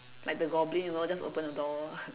like the goblin you know just open the door